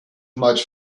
much